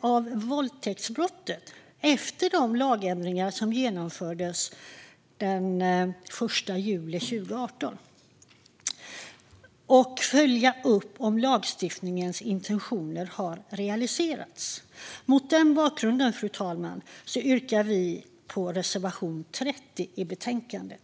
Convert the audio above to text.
av våldtäktsbrottet efter de lagändringar som genomfördes den 1 juli 2018 och att följa upp om lagstiftningens intentioner har realiserats. Mot denna bakgrund, fru talman, yrkar jag bifall till reservation 30 i betänkandet.